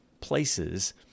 places